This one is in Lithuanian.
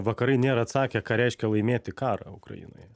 vakarai nėra atsakę ką reiškia laimėti karą ukrainoje